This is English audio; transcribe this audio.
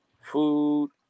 food